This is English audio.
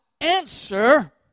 answer